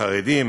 חרדים,